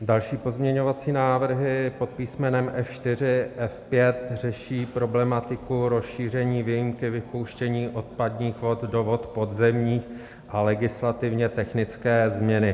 Další pozměňovací návrhy pod písmenem F4 a F5 řeší problematiku rozšíření výjimky vypouštění odpadních vod do vod podzemních a legislativně technické změny.